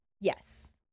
Yes